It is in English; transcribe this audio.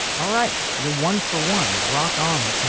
all right you're one for one rock on.